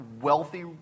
wealthy